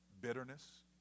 Bitterness